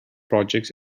projects